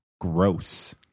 gross